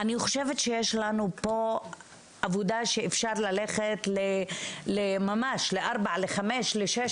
אני חושבת שיש לנו פה עבודה שאפשר ללכת לממש לארבע-לחמש-לשש